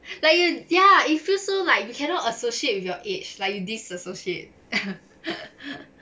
like you ya it feels so like you cannot associate with your age like you disassociate